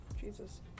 Jesus